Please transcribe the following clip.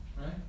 right